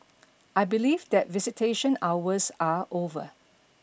I believe that visitation hours are over